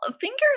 fingers